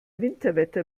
winterwetter